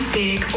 big